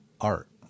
art